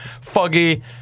Foggy